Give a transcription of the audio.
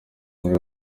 muri